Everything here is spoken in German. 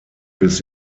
bis